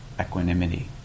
equanimity